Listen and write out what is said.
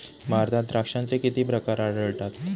भारतात द्राक्षांचे किती प्रकार आढळतात?